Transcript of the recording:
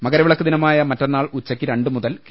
മകരവിളക്ക് ദിനമായ മറ്റന്നാൾ ഉച്ചയ്ക്ക് രണ്ട് മുതൽ കെ